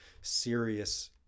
serious